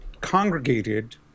congregated